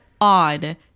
odd